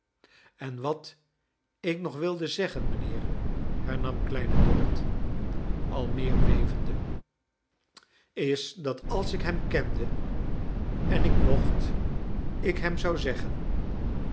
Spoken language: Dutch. en wat ik nog wilde zeggen mijnheer hernam kleine dorrit al meer bevende is dat als ik hem kende en ik mocht ik hem zou zeggen